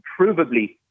provably